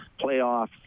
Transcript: playoffs